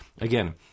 Again